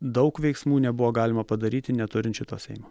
daug veiksmų nebuvo galima padaryti neturint šito seimo